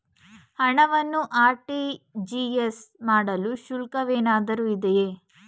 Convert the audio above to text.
ಹಣವನ್ನು ಆರ್.ಟಿ.ಜಿ.ಎಸ್ ಮಾಡಲು ಶುಲ್ಕವೇನಾದರೂ ಇದೆಯೇ?